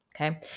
Okay